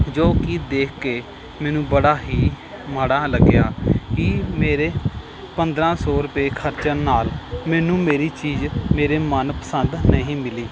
ਜੋ ਕਿ ਦੇਖ ਕੇ ਮੈਨੂੰ ਬੜਾ ਹੀ ਮਾੜਾ ਲੱਗਿਆ ਕਿ ਮੇਰੇ ਪੰਦਰਾਂ ਸੌ ਰੁਪਏ ਖਰਚਣ ਨਾਲ ਮੈਨੂੰ ਮੇਰੀ ਚੀਜ਼ ਮੇਰੇ ਮਨ ਪਸੰਦ ਨਹੀਂ ਮਿਲੀ